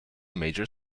major